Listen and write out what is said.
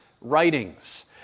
writings